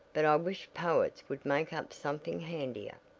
but i wish poets would make up something handier.